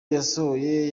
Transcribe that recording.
yasohoye